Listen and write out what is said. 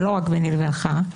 ולא רק ביני לבינך,